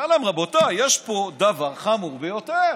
אומר להם: רבותיי, יש פה דבר חמור ביותר.